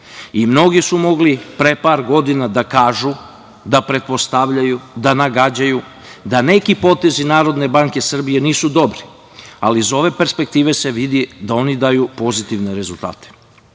Mnogi su mogli pre par godina da kažu da pretpostavljaju, da nagađaju, da neki potezi Narodne banke Srbije nisu dobri, ali iz ove perspektive se vidi da oni daju pozitivne rezultate. Pored